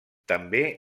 també